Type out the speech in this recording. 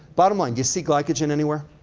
bottom line, do you see glycogen anywhere?